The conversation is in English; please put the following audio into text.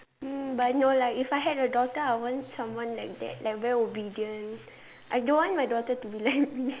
mm but no lah if I had a daughter I want someone like that like very obedient I don't want my daughter to be like me